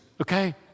okay